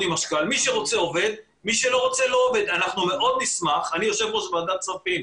לציבור בימים אלו אלא מייד מנתקים ומנתקים.